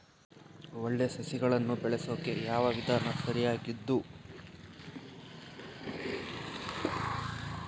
ಒಳ್ಳೆ ಸಸಿಗಳನ್ನು ಬೆಳೆಸೊಕೆ ಯಾವ ವಿಧಾನ ಸರಿಯಾಗಿದ್ದು?